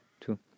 two